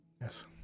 Yes